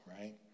right